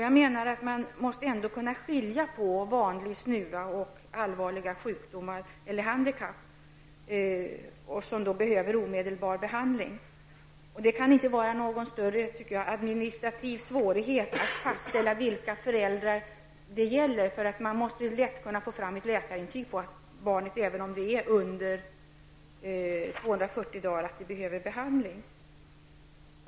Jag menar att man ändå måste kunna skilja på vanlig snuva och allvarliga sjukdomar eller handikapp som behöver omedelbar behandling. Det kan inte vara någon större administrativ svårighet att fastställa vilka föräldrar det gäller. Man borde lätt kunna få fram ett läkarintyg på att barnet, även om det är under 240 dagar, behöver behandling.